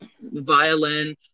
violin